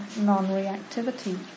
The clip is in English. non-reactivity